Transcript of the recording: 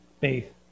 faith